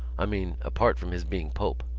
i mean, apart from his being pope.